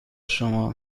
شما